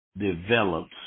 develops